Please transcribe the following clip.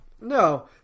no